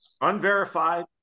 unverified